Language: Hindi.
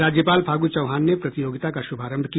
राज्यपाल फागू चौहान ने प्रतियोगिता का शुभारंभ किया